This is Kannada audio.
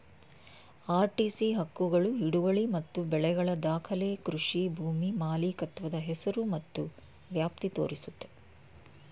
ಆರ್.ಟಿ.ಸಿ ಹಕ್ಕುಗಳು ಹಿಡುವಳಿ ಮತ್ತು ಬೆಳೆಗಳ ದಾಖಲೆ ಕೃಷಿ ಭೂಮಿ ಮಾಲೀಕತ್ವದ ಹೆಸರು ಮತ್ತು ವ್ಯಾಪ್ತಿ ತೋರಿಸುತ್ತೆ